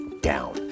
down